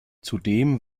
zudem